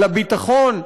על הביטחון.